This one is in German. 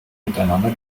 miteinander